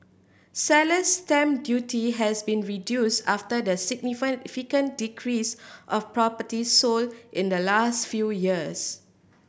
seller's stamp duty has been reduced after the decrease of properties sold in the last few years